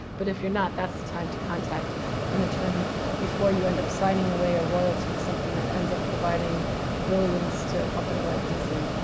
but if you're not, that's the time to contact an attorney before you end up signing away a royalty to something that ends up providing billions to a company like disney.